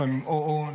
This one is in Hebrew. לפעמים או-או,